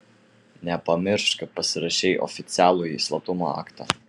nepamiršk kad pasirašei oficialųjį slaptumo aktą